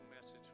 message